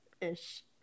Ish